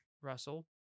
Russell